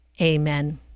Amen